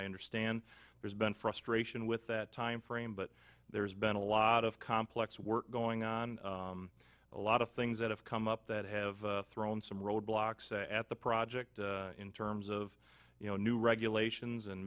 i understand there's been frustration with that timeframe but there's been a lot of complex work going on a lot of things that have come up that have thrown some roadblocks at the project in terms of you know new regulations and